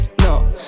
No